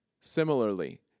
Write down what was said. Similarly